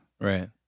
Right